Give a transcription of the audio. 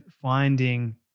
finding